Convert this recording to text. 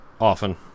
often